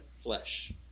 flesh